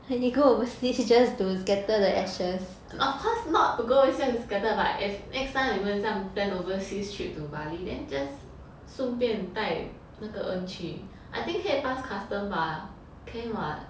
of course not to go just to scatter but if next time 你们很像 plan overseas trip to Bali than just 顺便带那个 urn 去 I think 可以 pass customs can [what] 可以 [what]